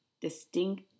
distinct